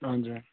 हजुर